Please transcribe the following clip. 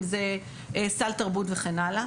אם זה סל תרבות וכן הלאה,